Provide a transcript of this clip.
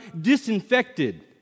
disinfected